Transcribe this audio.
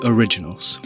Originals